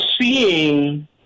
seeing